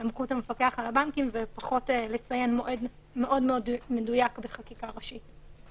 לסמכות המפקח על הבנקים ופחות לציין מועד מאוד מדויק בחקיקה ראשית.